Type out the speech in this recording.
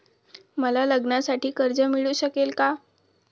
मला लग्नासाठी कर्ज मिळू शकेल का?